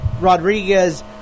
Rodriguez –